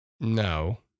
No